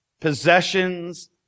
possessions